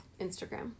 Instagram